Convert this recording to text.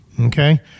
Okay